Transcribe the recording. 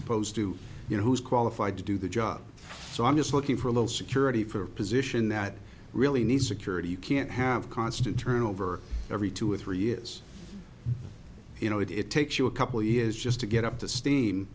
opposed to you know who's qualified to do the job so i'm just looking for a little security for a position that really needs security you can't have constant turnover every two or three years you know it it takes you a couple years just to get up the steam